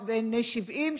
70,